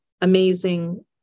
amazing